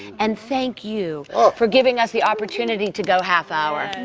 and thank you for giving us the opportunity to go half hour.